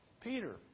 Peter